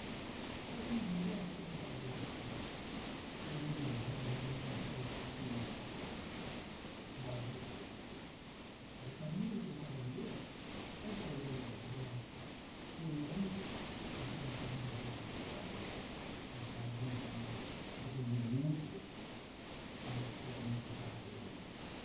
A o riiriibohara pita oira ebu- haraaboro, o riirii- haraaboro areha bai huku- hara'oeroo bo ku'uku'u oiraarei bo ai'o'oo ii'oo. Ha bo tabirirori bisio uka bai'oeaa aru bo ai'orori ai'obohara, hapita oira ii'oo, a itokopapita riiriihareeroo oo'ore bo ai'o'oo. Eipaareha riopa oo'ore bo ebubuu'o ariopa o riikapa- hareeroo.